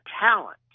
talent